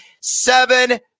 seven